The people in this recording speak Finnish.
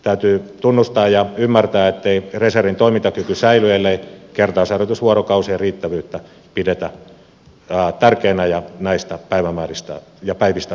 täytyy tunnustaa ja ymmärtää ettei reservin toimintakyky säily ellei kertausharjoitusvuorokausien riittävyyttä pidetä tärkeänä ja näistä päivistä pidetä huolta